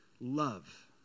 love